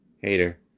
hater